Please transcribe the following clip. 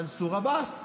מנסור עבאס.